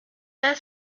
there